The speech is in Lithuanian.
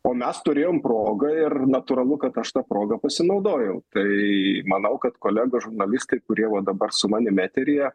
o mes turėjom progą ir natūralu kad aš ta proga pasinaudojau tai manau kad kolegos žurnalistai kurie vat dabar su manim eteryje